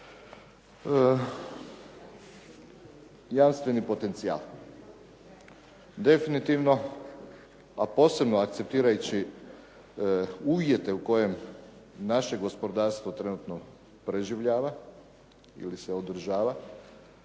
jamstveni potencijal. Definitivno, a posebno akceptirajući uvjete u kojem naše gospodarstvo trenutno preživljava ili se održava